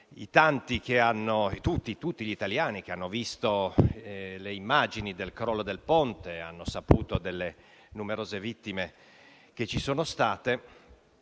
tutti gli italiani che hanno visto le immagini del crollo del ponte di Genova e hanno saputo delle numerose vittime che ci sono state.